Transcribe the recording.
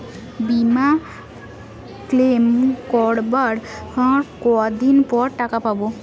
বিমা ক্লেম করার কতদিন পর টাকা পাব?